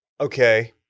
Okay